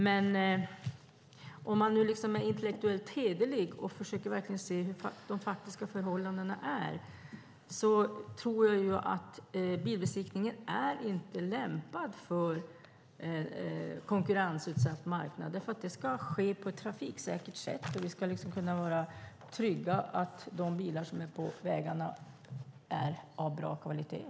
Men om man är intellektuellt hederlig och verkligen försöker se de faktiska förhållandena tror jag att man ser att bilbesiktningen inte är lämpad för en konkurrensutsatt marknad. Det ska ju ske på ett trafiksäkert sätt, och vi ska kunna vara trygga med att de bilar som är på vägarna är av bra kvalitet.